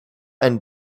and